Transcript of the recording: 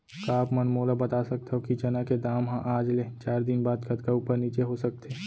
का आप मन मोला बता सकथव कि चना के दाम हा आज ले चार दिन बाद कतका ऊपर नीचे हो सकथे?